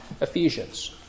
Ephesians